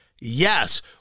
Yes